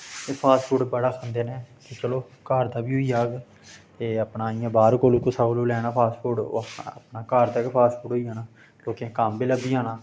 fast food बड़ा खंदे न चलो घर दा बी होई जाह्ग ते अपना इ'यां बाह्र कोलूं कुसै कोलूं लैना फास्टफूड़ ओह् अपने घर दा गै फास्टफूड होई जाना लोकें गी कम्म बी लब्भी जाना